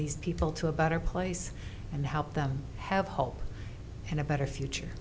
these people to a better place and help them have help and a better future